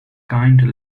kind